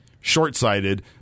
short-sighted